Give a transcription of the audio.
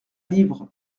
livre